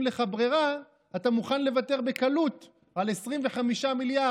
לך ברירה אתה מוכן לוותר בקלות על 25 מיליארד.